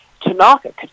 Tanaka